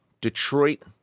Detroit